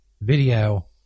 video